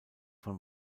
von